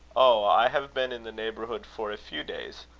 oh! i have been in the neighbourhood for a few days